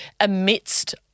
amidst